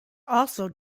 also